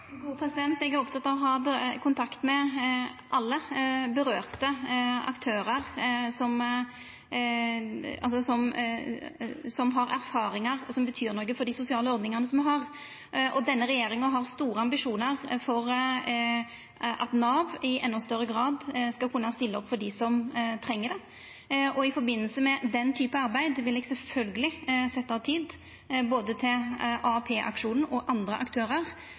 Eg er oppteken av å ha kontakt med alle dei aktørane det gjeld, som har erfaringar med og betyr noko for dei sosiale ordningane me har. Denne regjeringa har store ambisjonar for at Nav i endå større grad skal kunna stilla opp for dei som treng det. I forbindelse med den typen arbeid vil eg sjølvsagt setja av tid til både AAP-aksjonen og andre aktørar